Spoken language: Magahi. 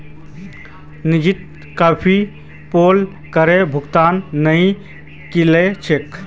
निकिता कभी पोल करेर भुगतान नइ करील छेक